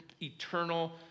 eternal